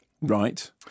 Right